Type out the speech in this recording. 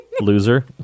loser